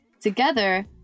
together